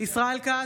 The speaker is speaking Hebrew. ישראל כץ,